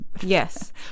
yes